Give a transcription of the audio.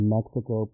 Mexico